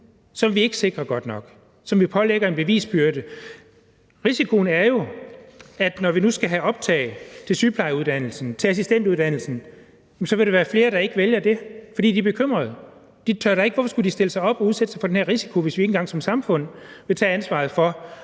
som vi ikke sikrer godt nok, som vi pålægger en bevisbyrde. Risikoen er jo, når vi nu skal have optag på sygeplejeuddannelsen, på sosu-assistentuddannelsen, at der vil være flere, der ikke vælger det, fordi de er bekymrede. Hvorfor skulle de stille sig op og udsætte sig for den her risiko, hvis vi ikke engang som samfund vil tage ansvaret for